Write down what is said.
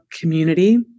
community